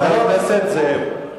חבר הכנסת זאב,